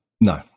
No